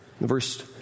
Verse